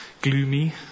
gloomy